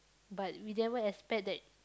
but we never expect that